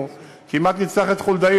הוא כמעט ניצח את חולדאי,